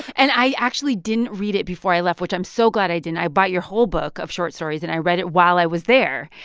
and i actually didn't read it before i left, which i'm so glad i didn't. i bought your whole book of short stories and i read it while i was there.